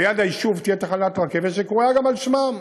ליד היישוב תהיה תחנת רכבת שקרויה על שמו.